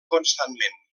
constantment